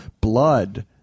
blood